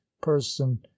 person